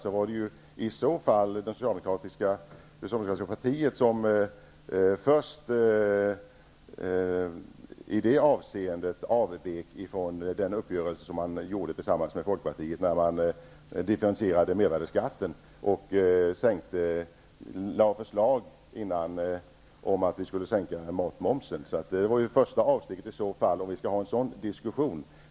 Det var ju det socialdemokratiska partiet som i det avseendet först avvek från den uppgörelse som man träffade tillsammans med Folkpartiet, när man differentierade mervärdesskatten och lade fram förslag om sänkning av matmomsen. Det var alltså det första avsteget, om vi skall ha en sådan diskussion.